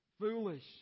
foolish